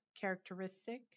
characteristic